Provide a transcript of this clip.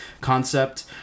concept